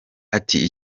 ati